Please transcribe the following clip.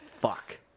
Fuck